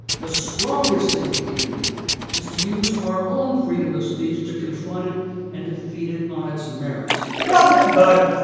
the strongest thing we can do is to use our own freedom of speech to confront it and defeat it on its merits. cody the problem is, bud,